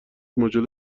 ماژول